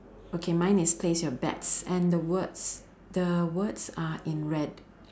okay mine is place your bets and the words the words are in red